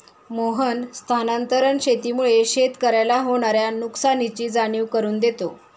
मोहन स्थानांतरण शेतीमुळे शेतकऱ्याला होणार्या नुकसानीची जाणीव करून देतो